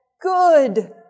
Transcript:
good